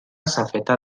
sanefa